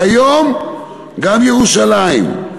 והיום גם ירושלים.